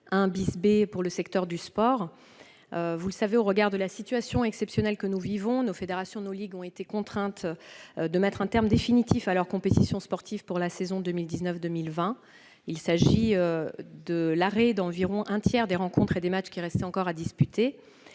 1 B pour le secteur du sport. Au regard de la situation exceptionnelle que nous vivons, nos fédérations et nos ligues ont été contraintes de mettre un terme définitif à leurs compétitions sportives pour la saison 2019-2020. Environ un tiers des rencontres et des matches qui restaient encore à disputer